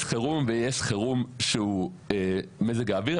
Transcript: יש חירום שהוא מזג האוויר,